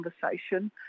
conversation